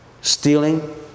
stealing